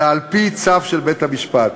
אלא על-פי צו של בית-משפט.